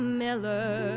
miller